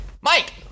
Mike